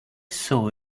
saw